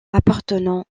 appartenant